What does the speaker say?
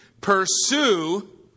pursue